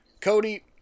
Cody